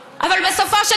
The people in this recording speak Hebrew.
בנוסף,